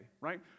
right